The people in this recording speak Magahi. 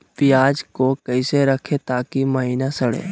प्याज को कैसे रखे ताकि महिना सड़े?